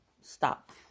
stop